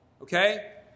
Okay